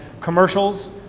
commercials